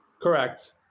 Correct